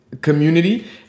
community